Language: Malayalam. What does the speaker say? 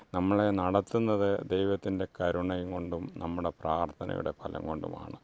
നമ്മളെ നടത്തുന്നത് ദൈവത്തിൻറ്റെ കരുണയും കൊണ്ടും നമ്മുടെ പ്രാർത്ഥനയുടെ ബലം കൊണ്ടുമാണ്